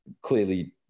clearly